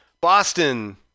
Boston